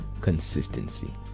consistency